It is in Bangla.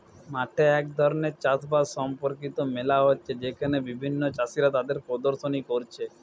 মাঠে এক ধরণের চাষ বাস সম্পর্কিত মেলা হচ্ছে যেখানে বিভিন্ন চাষীরা তাদের প্রদর্শনী কোরছে